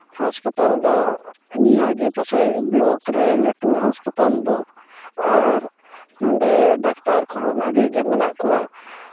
ᱦᱟᱥᱯᱟᱛᱟᱞ ᱫᱚ ᱱᱤᱭᱟᱹ ᱜᱮ ᱯᱟᱥᱮᱡ ᱵᱞᱚᱠ ᱨᱮ ᱞᱟᱹᱴᱩ ᱦᱟᱥᱯᱟᱛᱟᱞ ᱫᱚ ᱟᱨ ᱱᱚᱰᱮ ᱰᱟᱠᱛᱟᱨ ᱠᱚᱦᱚᱸ ᱵᱷᱟᱹᱜᱤ ᱜᱮ ᱢᱮᱱᱟᱜ ᱠᱚᱣᱟ